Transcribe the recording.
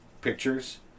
pictures